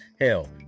Hell